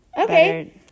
Okay